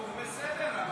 בסדר,